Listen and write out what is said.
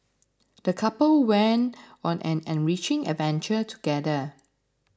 the couple went on an enriching adventure together